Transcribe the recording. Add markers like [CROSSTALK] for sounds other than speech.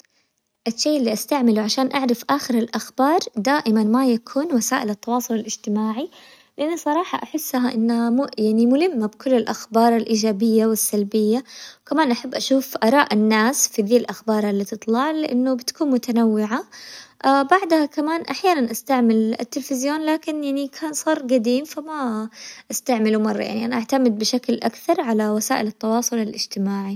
الشخصية التاريخية الملهمة بالنسبة لي هي نيلسون منديلا، [HESITATION] لأنه كان يناظل عشان الحرية وكمان بعد خروجه من السجن ما راح انتقم لا، يعني اشتغل على إنه يحقق المصالحة بين الأعراق، وهذا يعطيني الهام م- لأنه كان قائد لأنه أصبح أول رئيس أسود لجنوب إفريقيا، وبدأ يسوي تغيير ايجابي بحيث إنه ركز على التعليم والصحة وكان رمز عموماً للشجاعة والتفاني.